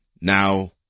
now